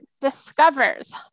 discovers